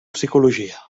psicologia